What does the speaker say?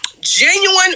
genuine